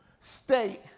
state